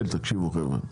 תקשיבו, חבר'ה.